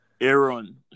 Aaron